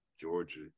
Georgia